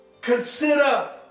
consider